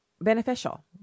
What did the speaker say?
beneficial